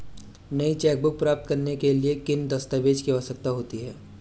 नई चेकबुक प्राप्त करने के लिए किन दस्तावेज़ों की आवश्यकता होती है?